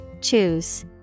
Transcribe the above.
Choose